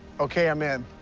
ok, i'm in.